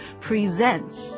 presents